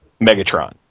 megatron